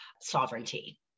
sovereignty